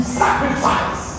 sacrifice